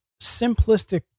simplistic